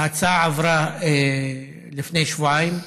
ההצעה עברה לפני שבועיים.